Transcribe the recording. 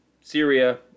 Syria